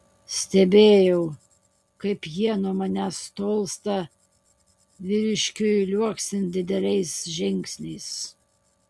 stebėjau kaip jie nuo manęs tolsta vyriškiui liuoksint dideliais žingsniais